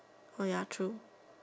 ya true